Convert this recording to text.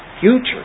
future